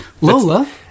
Lola